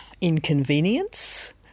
inconvenience